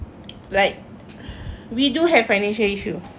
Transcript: like we do have financial issue